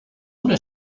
una